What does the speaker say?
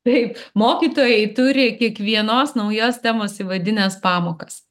taip mokytojai turi kiekvienos naujos temos įvadines pamokas